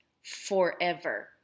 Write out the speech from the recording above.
forever